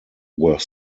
were